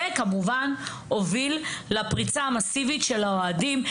זה כמובן הוביל לפריצה המאסיבית של האוהדים.